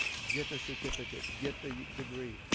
get the certificate, get the degree.